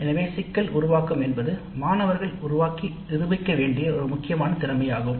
அதனால் சிக்கல் உருவாக்கம் என்பது மாணவர்கள் உருவாக்க வேண்டிய ஒரு முக்கியமான திறமையாகும்